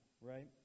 right